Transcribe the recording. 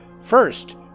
First